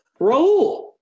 Raul